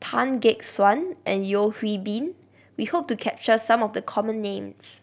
Tan Gek Suan and Yeo Hwee Bin we hope to capture some of the common names